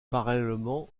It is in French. parallèlement